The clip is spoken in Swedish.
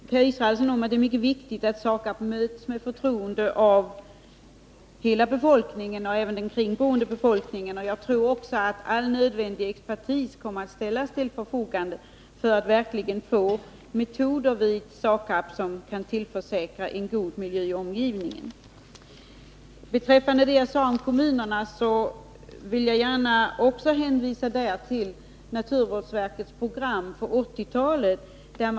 Herr talman! Jag kan hålla med Per Israelsson om att det är mycket viktigt att SAKAB möts med förtroende av hela befolkningen, även den kringboende. Jag tror också att all nödvändig expertis kommer att ställas till förfogande för att verkligen få till stånd metoder vid SAKAB som kan garantera en god miljö i omgivningen. Beträffande det jag sade om kommunerna vill jag gärna hänvisa till naturvårdsverkets program för 1980-talet.